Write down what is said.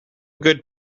good